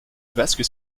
vasque